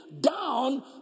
down